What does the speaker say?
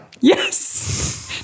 Yes